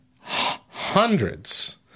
hundreds